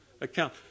account